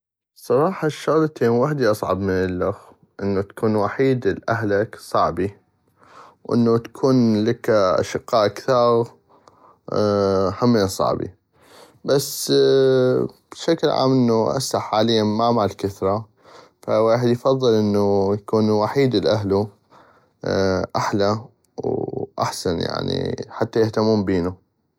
بصراحة الشغلتين وحدي اصعب من الخ انو تكون وحيد ل اهلك صعبي وتكون لك اشقاء كثاغ همين صعبي بس بشكل عام انو هسه حاليا ما مال كثرة فويحد افظل اكون وحيد ل اهلو احلى واحسن يعني حتى يهتمون بينو.